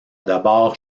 d’abord